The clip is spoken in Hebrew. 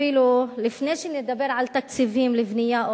אפילו לפני שנדבר על תקציבים לבנייה,